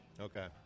Okay